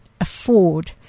afford